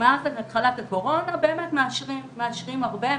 או מאז תחילת הקורונה, באמת מאשרים, מאשרים הרבה.